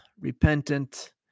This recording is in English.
repentant